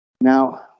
Now